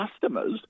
customers